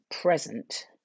present